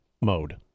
mode